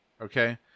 Okay